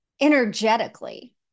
energetically